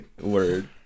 word